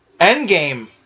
Endgame